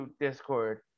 Discord